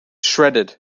shredded